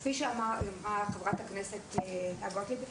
כפי שאמרה חברת הכנסת גוטליב,